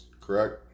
correct